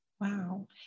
Wow